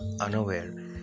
unaware